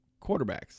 quarterbacks